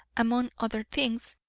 among other things,